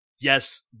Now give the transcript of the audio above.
yes